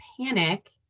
panic